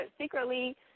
secretly